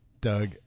Doug